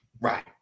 Right